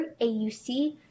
AUC